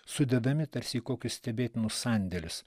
sudedami tarsi į kokį stebėtinų sandėlis